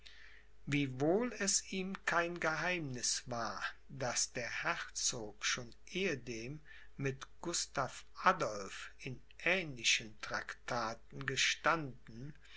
wiewohl es ihm kein geheimniß war daß der herzog schon ehedem mit gustav adolph in ähnlichen traktaten gestanden